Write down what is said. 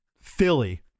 Philly